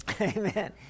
Amen